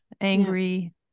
Angry